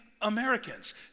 Americans